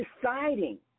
deciding